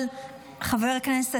אבל חבר הכנסת,